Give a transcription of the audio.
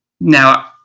Now